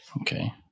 Okay